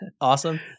awesome